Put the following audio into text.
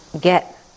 get